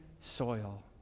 soil